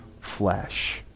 flesh